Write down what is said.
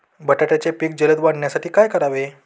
बटाट्याचे पीक जलद वाढवण्यासाठी काय करावे?